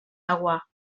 agua